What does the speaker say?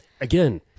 Again